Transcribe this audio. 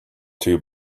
two